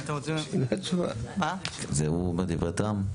זה דברי טעם?